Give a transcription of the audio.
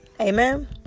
Amen